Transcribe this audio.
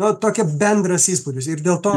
nu tokia bendras įspūdis ir dėl to